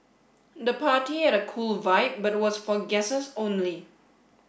the party had a cool vibe but was for guests only